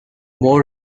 more